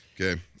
Okay